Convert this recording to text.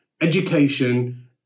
education